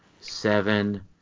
seven